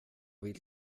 vill